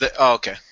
okay